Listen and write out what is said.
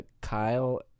Kyle